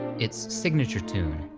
its signature tune,